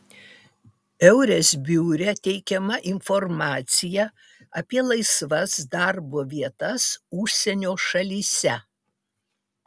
eures biure teikiama informacija apie laisvas darbo vietas užsienio šalyse